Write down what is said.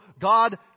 God